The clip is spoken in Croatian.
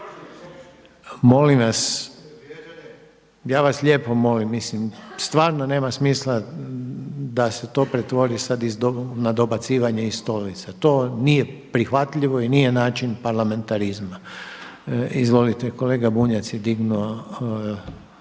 Molim vas, ja vas lijepo molim. Stvarno nema smisla da se to pretvori sada na dobacivanje iz stolica. To nije prihvatljivo i nije način parlamentarizma. Izvolite kolega Bunjac je dignuo